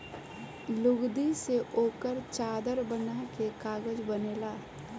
लुगदी से ओकर चादर बना के कागज बनेला